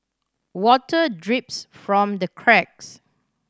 water drips from the cracks